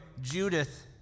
Judith